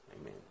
amen